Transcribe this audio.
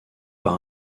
par